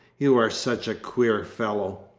you are such a queer fellow.